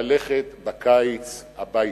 ללכת בקיץ הביתה.